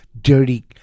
dirty